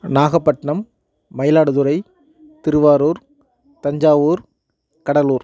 Nagapattinam Mayiladuthurai Thiruvarur Thanjavur Cuddalore